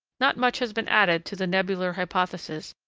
not much has been added to the nebular hypothesis,